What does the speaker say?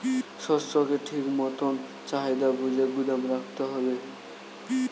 শস্যকে ঠিক মতন চাহিদা বুঝে গুদাম রাখতে হয়